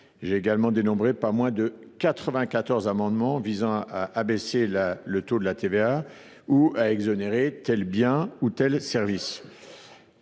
J’ai également dénombré pas moins de 94 amendements visant à abaisser un taux de TVA ou à exonérer de cet impôt tel bien ou tel service.